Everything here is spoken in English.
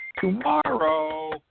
tomorrow